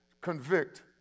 convict